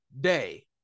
day